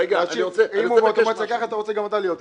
אם הוא מבקש את זה ככה, גם אתה רוצה להיות ככה.